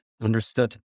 Understood